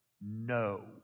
no